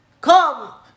come